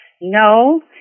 no